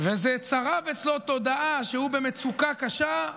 וזה צרב אצלו תודעה שהוא במצוקה קשה,